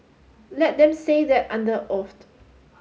let them say that under oath